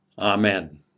Amen